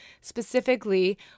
specifically